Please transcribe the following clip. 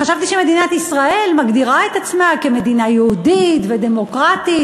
חשבתי שמדינת ישראל מגדירה את עצמה כמדינה יהודית ודמוקרטית,